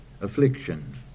affliction